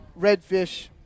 redfish